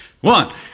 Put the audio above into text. One